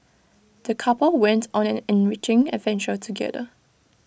the couple went on an enriching adventure together